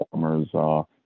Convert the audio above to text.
performers